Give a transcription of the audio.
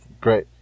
Great